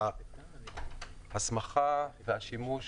ההסמכה והשימוש